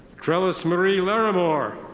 trelles marie larimore.